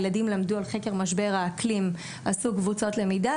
הילדים למדו על חקר משבר האקלים ועשו קבוצות למידה